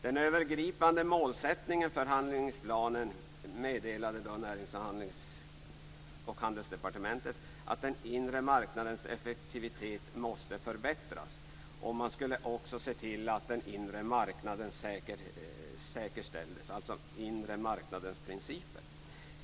Den övergripande målsättningen för handlingsplanen var, meddelade Närings och handelsdepartementet, att den inre marknadens effektivitet måste förbättras. Man skulle också se till att den inre marknaden säkerställdes, alltså den inre marknadens principer.